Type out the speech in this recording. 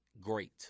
Great